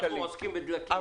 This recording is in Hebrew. אנחנו עוסקים בדלקים.